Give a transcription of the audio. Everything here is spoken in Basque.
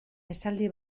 esaldi